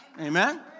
Amen